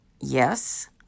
yes